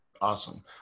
Awesome